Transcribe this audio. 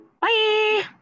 Bye